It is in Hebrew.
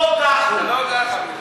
לא כך הוא.